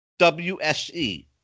WSE